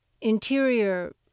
interior